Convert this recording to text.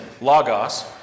logos